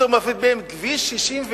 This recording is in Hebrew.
פתאום מפריד ביניהם כביש 61,